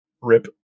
rip